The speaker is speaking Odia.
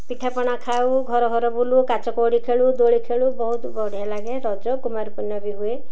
ପିଠାପଣା ଖାଉ ଘର ଘର ବୁଲୁ କାଚ କଉଡ଼ି ଖେଳୁ ଦୋଳି ଖେଳୁ ବହୁତ ବଢ଼ିଆ ଲାଗେ ରଜ କୁମାରପୂର୍ଣ୍ଣିମା ବି ହୁଏ